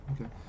Okay